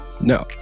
No